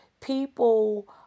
people